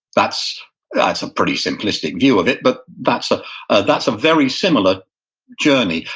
that's that's a pretty simplistic view of it, but that's ah ah that's a very similar journey.